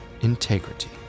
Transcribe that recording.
integrity